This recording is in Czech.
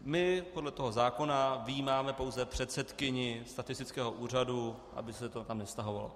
My podle toho zákona vyjímáme pouze předsedkyni statistického úřadu, aby se to tam nevztahovalo.